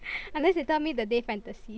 unless they tell me the day fantasy